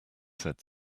said